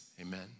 Amen